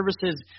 services